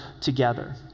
together